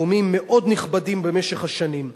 סכומים מאוד נכבדים במשך השנים.